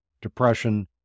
depression